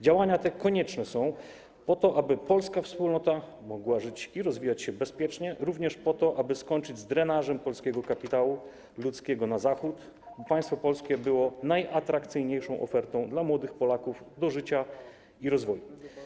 Działania te konieczne są po to, aby polska wspólnota mogła żyć i rozwijać się bezpiecznie, jak również po to, aby skończyć z drenażem polskiego kapitału, ludzkiego na Zachód, by państwo polskie było najatrakcyjniejszą ofertą dla młodych Polaków do życia i rozwoju.